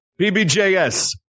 PBJS